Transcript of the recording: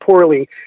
poorly